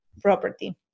property